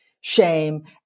shame